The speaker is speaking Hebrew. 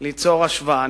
ליצור השוואה.